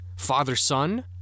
father-son